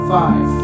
five